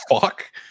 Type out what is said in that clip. fuck